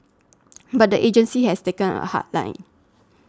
but the agency has taken a hard line